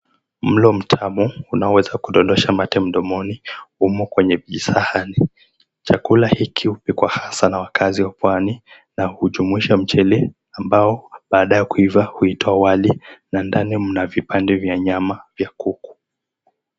Mlo mtamu unaweza kudondosha mate mdomoni, umo kwenye visahani. Chakula hiki hupikwa hasa na wakazi wa Pwani na hujumuisha mchele ambao baada ya kuiva huitwa wali na ndani mna vipande vya nyama vya kuku.